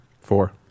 Four